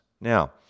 Now